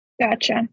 gotcha